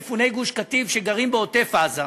מפוני גוש-קטיף שגרים בעוטף-עזה,